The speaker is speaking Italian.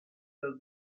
dal